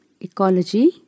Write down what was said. ecology